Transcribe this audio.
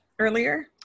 earlier